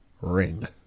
ring